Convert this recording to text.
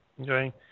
okay